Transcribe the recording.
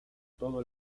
todo